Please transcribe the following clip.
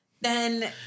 then-